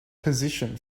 position